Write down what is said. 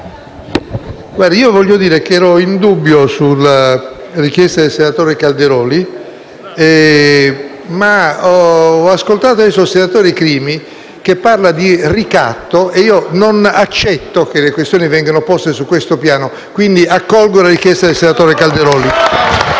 Presidente, vorrei dire che ero in dubbio sulla richiesta del senatore Calderoli, ma ho ascoltato adesso il senatore Crimi parlare di ricatto e io non accetto che le questioni vengano poste su questo piano, quindi accolgo la richiesta del senatore Calderoli.